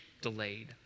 delayed